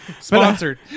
Sponsored